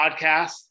podcast